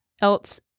else